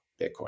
Bitcoin